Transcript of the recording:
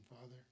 Father